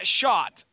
shot